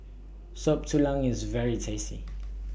Soup Tulang IS very tasty